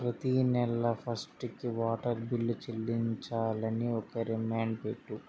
ప్రతీ నెల ఫస్టుకి వాటర్ బిల్లు చెల్లించాలని ఒక రిమైండ్ పెట్టు